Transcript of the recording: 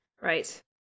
Right